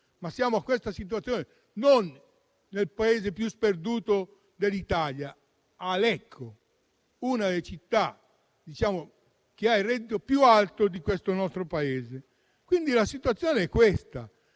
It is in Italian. Siamo in questa situazione non nel paese più sperduto d'Italia, ma a Lecco, una delle città che ha il reddito più alto di questo nostro Paese. Quindi, la situazione è questa.